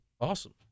Awesome